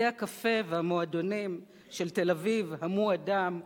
בתי-הקפה והמועדונים של תל-אביב המו אדם,